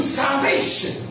salvation